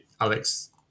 Alex